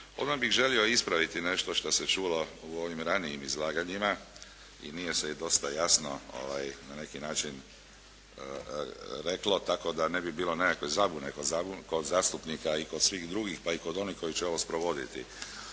Odmah bih želio ispraviti nešto što se čulo u ovim ranijim izlaganjima i nije se dosta jasno na neki način reklo tako da ne bi bilo nekakve zabune kod zastupnika a i kod svih drugih, pa i kod onih koji će ovo sprovoditi.